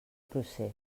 procés